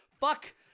fuck